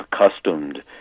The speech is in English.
accustomed